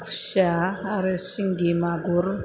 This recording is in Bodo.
खुसिया आरो सिंगि मागुर